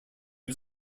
was